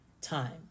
time